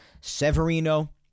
Severino